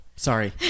sorry